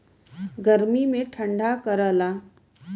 गर्मी मे ठंडा करला